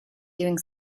doing